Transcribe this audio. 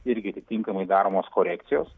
irgi atitinkamai daromos korekcijos